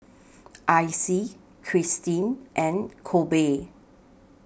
Icy Kirstin and Kolby